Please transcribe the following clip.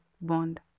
bond